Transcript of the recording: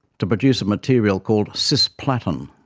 to produce a material called cisplatin.